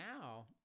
Now